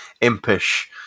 impish